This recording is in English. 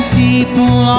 people